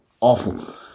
awful